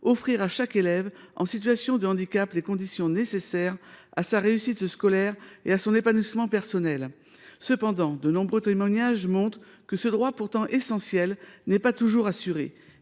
offrir à chaque élève en situation de handicap les conditions nécessaires à sa réussite scolaire et à son épanouissement personnel. Or de nombreux témoignages montrent que ce droit, pourtant essentiel, n’est pas toujours assuré.